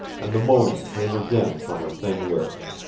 and the moaning came again from her thin lips.